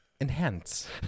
Enhance